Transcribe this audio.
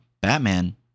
Batman